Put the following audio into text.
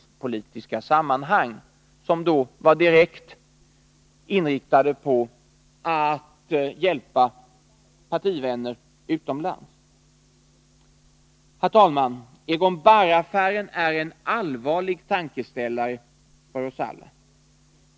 Egon Bahr-affären är en allvarlig tankeställare.